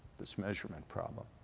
this measurement problem.